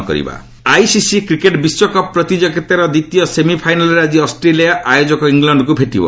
' cricket ICC cricket ବିଶ୍ୱକପ୍ ପ୍ରତିଯୋଗିତାର ଦ୍ୱିତୀୟ ସେମିଫାଇନାଲ୍ରେ ଆଜି ଅଷ୍ଟ୍ଲେଲିଆ ଆୟୋଜକ ଇଂଲଣ୍ଡକ୍ ଭେଟିବ